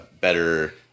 better